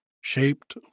shaped